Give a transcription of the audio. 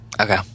Okay